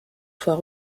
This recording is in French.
fois